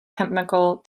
chemical